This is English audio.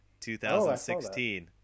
2016